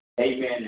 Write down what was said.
Amen